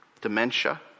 dementia